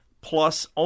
plus